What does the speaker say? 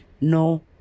no